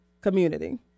community